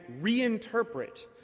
reinterpret